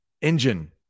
engine